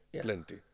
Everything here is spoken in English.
plenty